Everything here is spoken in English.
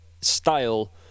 style